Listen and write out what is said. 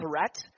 threat